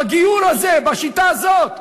בגיור הזה, בשיטה הזאת.